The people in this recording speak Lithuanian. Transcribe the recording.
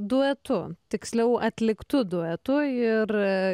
duetu tiksliau atliktu duetu ir